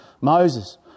Moses